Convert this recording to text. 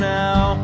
now